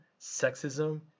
sexism